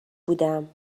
بودم